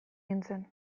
nintzen